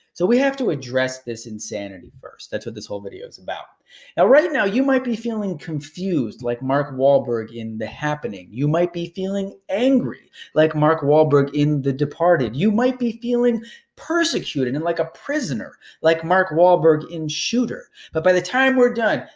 so we have to address this insanity first. that's what this whole video's about. now right now, you might be feeling confused, like mark wahlberg in the happening. you might be feeling angry like mark wahlberg in the departed. you might be feeling persecuted and like a prisoner like mark wahlberg in shooter. but by the time we're done,